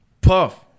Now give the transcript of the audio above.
Puff